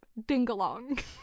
dingalong